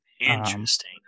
Interesting